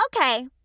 Okay